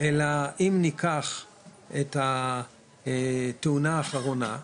אלא אם ניקח את התאונה האחרונה,